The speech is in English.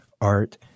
Art